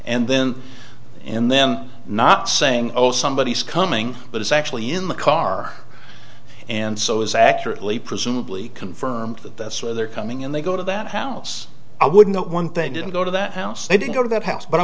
and then in then not saying oh somebody's scumming but it's actually in the car and so is accurately presumably confirmed that that's where they're coming in they go to that house i would know one thing i didn't go to that house they didn't go to that house but i